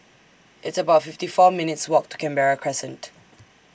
It's about fifty four minutes' Walk to Canberra Crescent